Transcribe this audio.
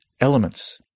elements